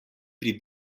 pri